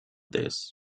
this